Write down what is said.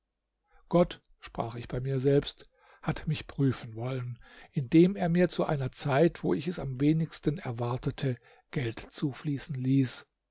gott sprach ich bei mir selbst hat mich prüfen wollen indem er mir zu einer zeit wo ich es am wenigsten erwartete geld zufließen ließ